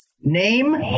Name